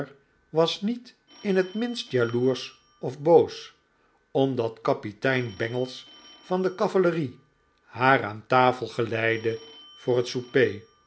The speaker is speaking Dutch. was niet in het minst jaloersch of boos omdat kapitein bangles van de cavalerie haar aan tafel geleidde voor het souper